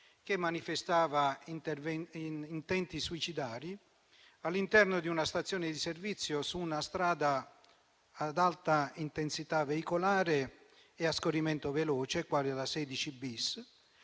che manifestava intenti suicidari all'interno di una stazione di servizio, su una strada ad alta intensità veicolare e a scorrimento veloce, quale la 16-*bis*;